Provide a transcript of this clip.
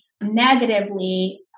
negatively